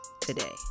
today